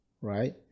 Right